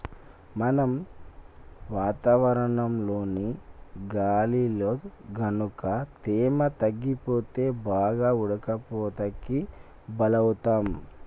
మనం వాతావరణంలోని గాలిలో గనుక తేమ తగ్గిపోతే బాగా ఉడకపోతకి బలౌతాం